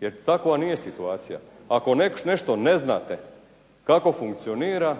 jer takva nije situacija. Ako nešto ne znate kako funkcionira